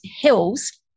hills